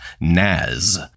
Naz